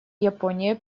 япония